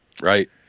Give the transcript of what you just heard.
right